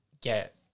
get